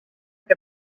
que